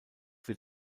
wird